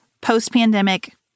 post-pandemic